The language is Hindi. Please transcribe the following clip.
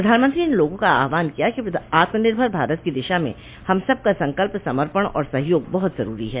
प्रधानमंत्री ने लोगों का आह्वान किया कि आत्मनिर्भर भारत की दिशा में हम सब का संकल्प समर्पण और सहयोग बहत जरूरी है